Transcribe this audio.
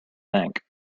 bank